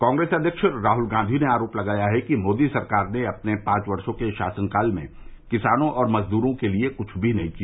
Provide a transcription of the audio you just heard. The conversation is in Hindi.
कांग्रेस अध्यक्ष राहल गांधी ने आरोप लगाया है कि मोदी सरकार ने अपने पांच वर्षो के शासनकाल में किसानों और मजद्रों के लिए कुछ नहीं किया